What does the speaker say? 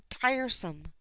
tiresome